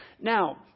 Now